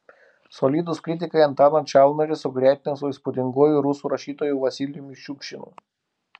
solidūs kritikai antaną čalnarį sugretina su įspūdinguoju rusų rašytoju vasilijumi šukšinu